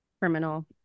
criminal